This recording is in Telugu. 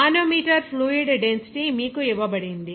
మానోమీటర్ ఫ్లూయిడ్ డెన్సిటీ మీకు ఇవ్వబడింది